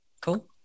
cool